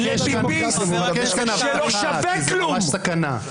ביביסט שלא שווה כלום.